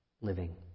Living